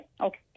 okay